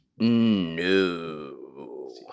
No